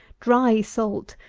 dry salt,